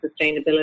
sustainability